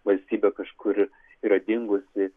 valstybė kažkur yra dingusi